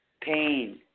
Pain